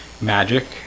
magic